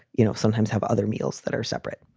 you know, sometimes have other meals that are separate.